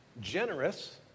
generous